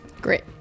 Great